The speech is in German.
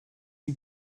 die